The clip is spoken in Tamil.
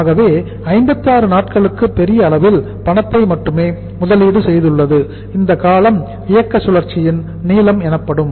ஆகவே நிறுவனம் 56 நாட்களுக்கு பெரிய அளவில் பணத்தை மட்டுமே முதலீடு செய்துள்ளது இந்த காலம் இயக்க சுழற்சியின் நீளம் எனப்படும்